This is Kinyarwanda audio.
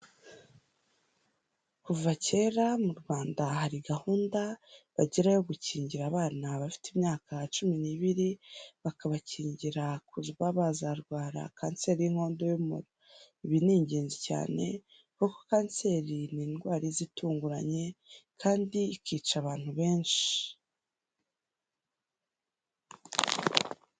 Kuva kera mu Rwanda hari gahunda bagira yo gukingira abana bafite imyaka cumi n'ibiri, bakabakingira kuba bazarwara kanseri y'inkondo y'umura. Ibi ni ingenzi cyane kuko kanseri ni indwara iza itunguranye kandi ikica abantu benshi.